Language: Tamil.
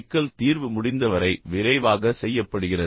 சிக்கல் தீர்வு முடிந்தவரை விரைவாக செய்யப்படுகிறது